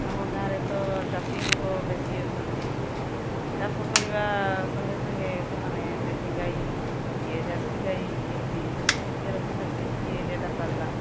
ଆମ ଗାଁରେ ତ ଚାଷୀ ଲୋକ ବେଶି ଅଛନ୍ତି ଚାଷ କରିବା ସଙ୍ଗେ ସଙ୍ଗେ ସେମାନେ ଦେଶୀ ଗାଈ କିଏ ଜର୍ସି ଗାଈ ଏମିତି ସମସ୍ତେ ରଖିଛନ୍ତି ଯିଏ ଯେଉଁଟା ପାରିଲା